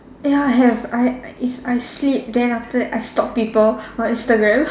ya have I is I sleep then after that I stalk people on Instagram